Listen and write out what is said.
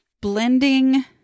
Blending